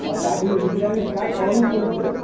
তোমার বাড়ির রিপেয়ারিংয়ের কাজ কতো দূর চলছে